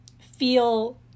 feel